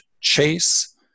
Chase